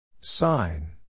Sign